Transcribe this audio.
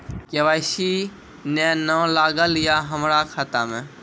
KYC ने न लागल या हमरा खाता मैं?